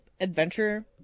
adventure